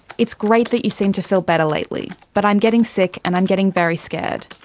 it's great that you seem to feel better lately, but i'm getting sick, and i'm getting very scared.